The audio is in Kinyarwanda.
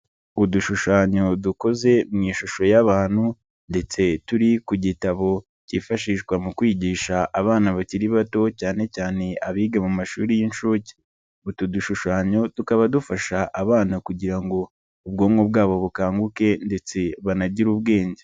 Udushushanyo dukoze mu ishusho y'abantu ndetse turi ku gitabo kifashishwa mu kwigisha abana bakiri bato cyane cyane abiga mu mashuri y'inshuke. Utu dushushanyo tukaba dufasha abana kugira ngo ubwonko bwabo bukanguke, ndetse banagire ubwenge.